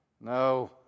No